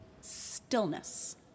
stillness